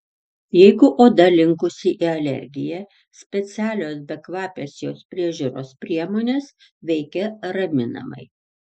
jeigu oda linkusi į alergiją specialios bekvapės jos priežiūros priemonės veikia raminamai